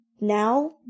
now